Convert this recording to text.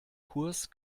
kurs